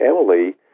Emily